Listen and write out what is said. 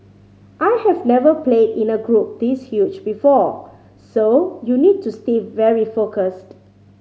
I have never played in a group this huge before so you need to stay very focused